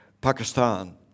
Pakistan